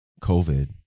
covid